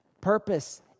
purpose